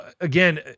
again